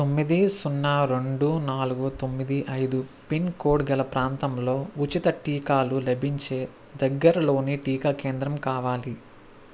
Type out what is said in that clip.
తొమ్మిది సున్నా రెండు నాలుగు తొమ్మిది ఐదు పిన్కోడ్ గల ప్రాంతంలో ఉచిత టీకాలు లభించే దగ్గరలోని టీకా కేంద్రం కావాలి